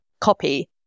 copy